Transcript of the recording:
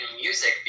music